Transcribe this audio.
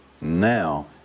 now